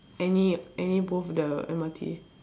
any any both the M_R_T